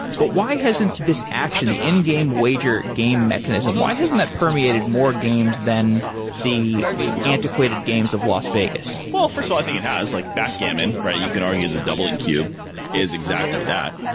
but why hasn't this action, the in-game wager game mechanism? why hasn't that permeated more games than the antiquated games of las vegas? well, first of all, i think it has, like backgammon, right? you can argue the doubling cube is exactly that,